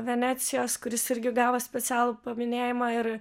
venecijos kuris irgi gavo specialų paminėjimą ir